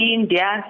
India